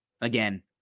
Again